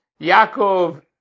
Yaakov